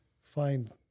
find